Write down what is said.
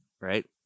Right